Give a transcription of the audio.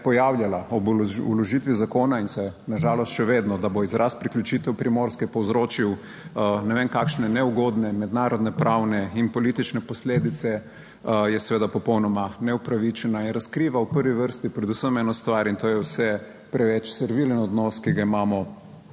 pojavljala ob vložitvi zakona in se na žalost še vedno, da bo izraz priključitev Primorske povzročil ne vem kakšne neugodne mednarodne pravne in politične posledice je seveda popolnoma neupravičena in razkriva v prvi vrsti predvsem eno stvar in to je vse preveč servilen odnos, ki ga imamo